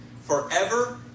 Forever